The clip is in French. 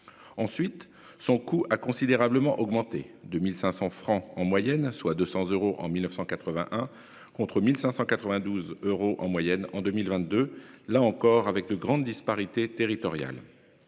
Ensuite, son coût a considérablement augmenté : de 1 500 francs en moyenne, soit 200 euros, en 1981 contre 1 592 euros en moyenne en 2022, là encore, avec de grandes disparités territoriales.